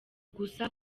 gusa